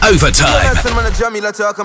Overtime